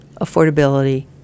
affordability